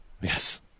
Yes